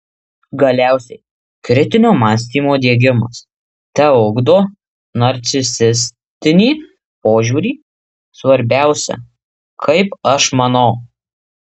galiausiai kritinio mąstymo diegimas teugdo narcisistinį požiūrį svarbiausia kaip aš manau